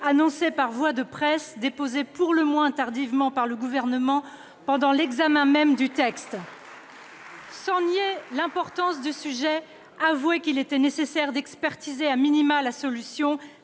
annoncé par voie de presse et déposé pour le moins tardivement par le Gouvernement, pendant l'examen même du texte. Sans nier l'importance du sujet, convenez qu'il était nécessaire d'expertiser sérieusement,, la solution